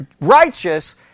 righteous